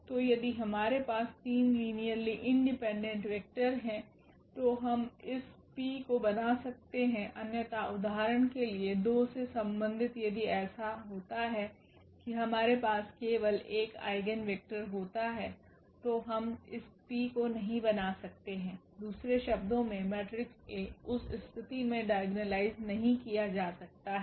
तो यदि हमारे पास 3 लीनियर इंडिपेंडेंट वेक्टर हैं तो हम इस P को बना सकते हैं अन्यथा उदाहरण के लिए 2 से संबंधित यदि ऐसा होता है कि हमारे पास केवल 1 आइगेन वेक्टर होता है तो हम इस P को नहीं बना सकते हैं दूसरे शब्दों में मेट्रिक्स A उस स्थिति में डाइगोनलाइज नहीं किया जा सकता है